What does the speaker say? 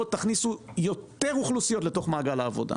תכניסו יותר אוכלוסיות לתוך מעגל העבודה.